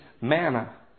manna